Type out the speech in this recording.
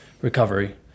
recovery